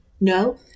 No